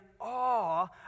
awe